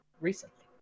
recently